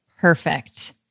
Perfect